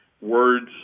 Words